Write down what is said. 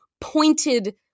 pointed